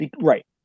Right